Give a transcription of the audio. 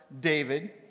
David